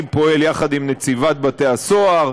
אני פועל יחד עם נציבת בתי-הסוהר,